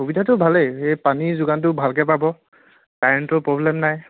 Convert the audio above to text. সুবিধাটো ভালেই এই পানী যোগানটো ভালকৈ পাব কাৰেণ্টৰ প্ৰব্লেম নাই